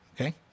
okay